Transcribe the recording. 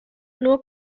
nur